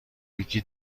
یکی